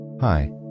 Hi